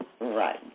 Right